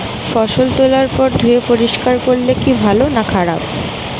ফসল তোলার পর ধুয়ে পরিষ্কার করলে কি ভালো না খারাপ?